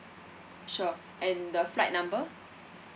sure and the flight number